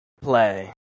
play